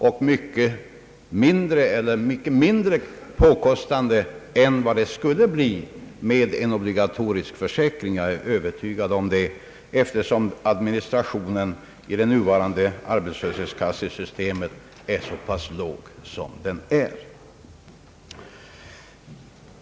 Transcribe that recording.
Jag är övertygad om att den nuvarande försäkringen kostar mycket mindre än en obligatorisk försäkring skulle göra, eftersom administrationskostnaderna i det nuvarande arbetslöshetskassesystemet är så låga.